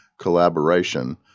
collaboration